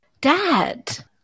Dad